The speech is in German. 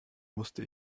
musste